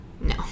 No